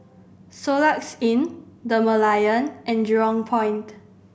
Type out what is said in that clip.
Soluxe Inn The Merlion and Jurong Point